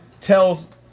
tells